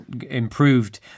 improved